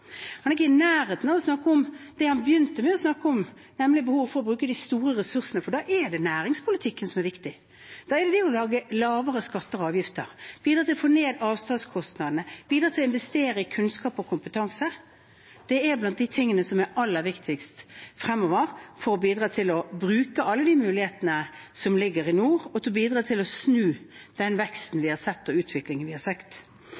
han begynte å snakke om, nemlig behovet for å bruke de store ressursene, for da er det næringspolitikken som er viktig. Da er grunnlaget lavere skatter og avgifter. Da er det å bidra til å få ned avstandskostnadene og å investere i kunnskap og kompetanse blant de tingene som er aller viktigst fremover, for å bidra til å bruke alle de mulighetene som ligger i nord, og til å snu den veksten og den utviklingen vi har sett.